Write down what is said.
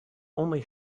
only